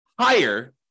higher